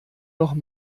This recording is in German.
noch